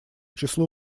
числу